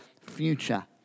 future